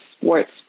sports